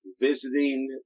visiting